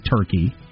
Turkey